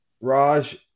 Raj